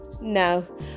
no